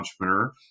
entrepreneur